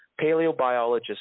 paleobiologist